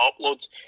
uploads